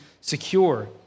secure